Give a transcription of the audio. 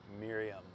Miriam